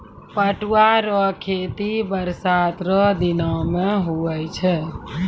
पटुआ रो खेती बरसात रो दिनो मे हुवै छै